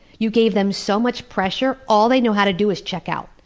you gave them so much pressure, all they know how to do is check out.